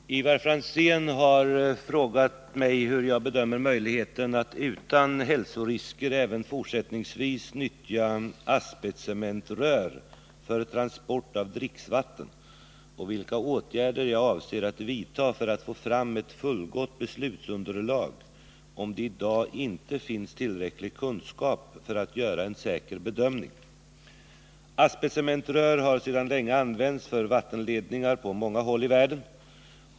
Herr talman! Ivar Franzén har frågat mig hur jag bedömer möjligheten att utan hälsorisker även fortsättningsvis nyttja asbestcementrör för transport av dricksvatten och vilka åtgärder jag avser att vidta för att få fram ett fullgott beslutsunderlag, om det i dag inte finns tillräcklig kunskap för att göra en säker bedömning. Asbestcementrör har sedan länge använts för vattenledningar på många håll i världen.